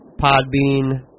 Podbean